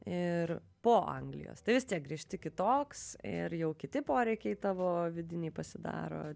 ir po anglijos vistiek grįžti kitoks ir jau kiti poreikiai tavo vidiniai pasidaro